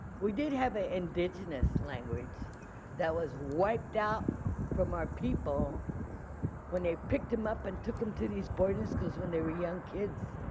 we did have an indigenous language that was wiped out from our people when they picked them up and took them to these boarding schools when they were young kids.